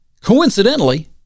Coincidentally